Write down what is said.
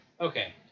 Okay